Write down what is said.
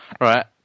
right